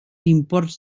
imports